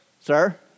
Sir